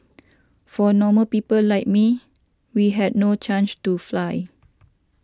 for normal people like me we had no change to fly